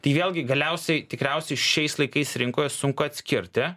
tai vėlgi galiausiai tikriausiai šiais laikais rinkoje sunku atskirti